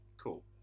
cool